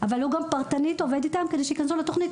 אבל הוא גם פרטנית עובד איתם כדי שיכנסו לתוכנית.